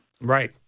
Right